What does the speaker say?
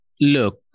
look